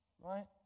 Right